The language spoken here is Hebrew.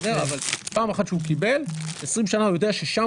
אבל פעם אחת שהוא קיבל הוא יודע שעשרים שנה